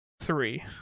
three